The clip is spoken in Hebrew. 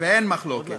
ואין מחלוקת.